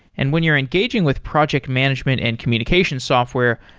and when you're engaging with project management and communication software,